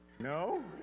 No